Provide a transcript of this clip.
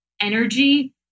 energy